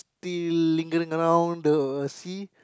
still lingering around the sea